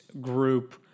group